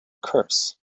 curse